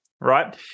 right